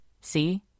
See